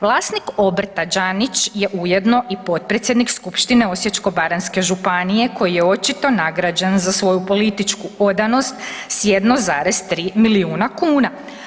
Vlasnik obrta Đanić je ujedno i potpredsjednik skupštine Osječko-baranjske županije koji je očito nagrađen za svoju političku odanost s 1,3 milijuna kuna.